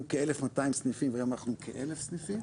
כ-1,200 סניפים והיום אנחנו כ-1,000 סניפים